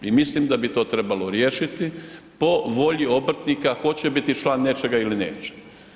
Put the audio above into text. I mislim da bi to trebalo riješiti po volji obrtnika hoće biti član nečega ili neće.